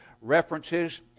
references